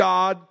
God